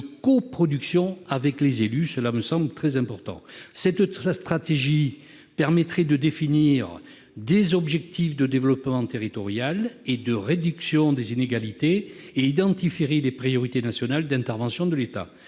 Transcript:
de coproduction avec les élus. Cela nous semble très important. Cette stratégie permettrait de définir des objectifs de développement territorial et de réduction des inégalités, ainsi que les priorités nationales d'intervention de l'État.